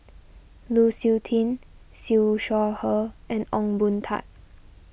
Lu Suitin Siew Shaw Her and Ong Boon Tat